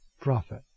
prophet